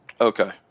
Okay